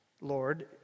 Lord